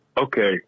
okay